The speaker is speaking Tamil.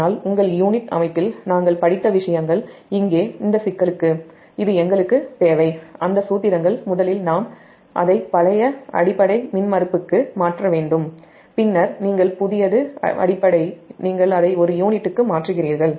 அதனால்உங்கள் யூனிட் அமைப்பில் நாம் படித்த விஷயங்கள் இங்கே இந்த சிக்கலுக்கு இது நமக்குத் தேவை அந்த சூத்திரங்கள் முதலில் நாம் அதை பழைய அடிப்படை மின்மறுப்புக்கு மாற்ற வேண்டும் பின்னர் நீங்கள் புதிய அடிப்படை நீங்கள் அதை ஒரு யூனிட்டுக்கு மாற்று கிறீர்கள்